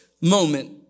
moment